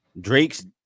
drake's